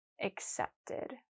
accepted